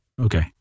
Okay